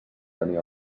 tenia